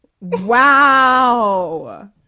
Wow